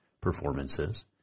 performances